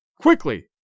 Quickly